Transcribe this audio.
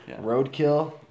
roadkill